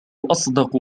أصدق